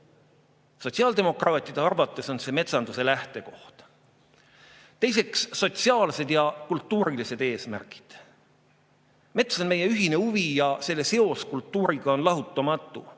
Sotsiaaldemokraatide arvates on see metsanduse lähtekoht. Teiseks, sotsiaalsed ja kultuurilised eesmärgid. Mets on meie ühine huvi ja selle seos kultuuriga on lahutamatu.